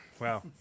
Wow